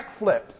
backflips